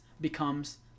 becomes